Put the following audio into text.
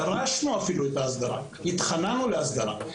דרשנו אפילו את ההסדרה, התחננו להסדרה.